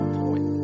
point